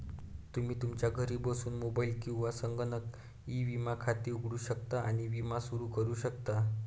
तुम्ही तुमच्या घरी बसून मोबाईल किंवा संगणकावर ई विमा खाते उघडू शकता आणि विमा सुरू करू शकता